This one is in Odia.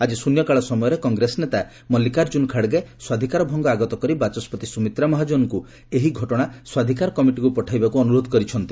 ଆଜି ଶ୍ରନ୍ୟକାଳ ସମୟରେ କଂଗ୍ରେସ ନେତା ମଲ୍ଲିକାର୍ଚ୍ଚୁନ ଖାଡ୍ଗେ ସ୍ୱାଧିକାର ଭଙ୍ଗ ଆଗତ କରି ବାଚସ୍କତି ସୁମିତ୍ରା ମହାଚ୍ଚନଙ୍କୁ ଏହି ଘଟଣା ସ୍ୱାଧିକାର କମିଟିକୁ ପଠାଇବାକୁ ଅନୁରୋଧ କରିଛନ୍ତି